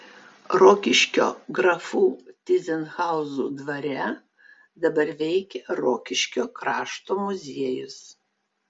rokiškio grafų tyzenhauzų dvare dabar veikia rokiškio krašto muziejus